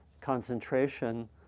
concentration